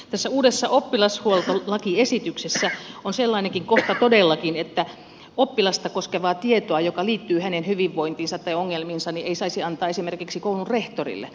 tässä uudessa oppilashuoltolakiesityksessä on sellainenkin kohta todellakin että oppilasta koskevaa tietoa joka liittyy hänen hyvinvointiinsa tai ongelmiinsa ei saisi antaa esimerkiksi koulun rehtorille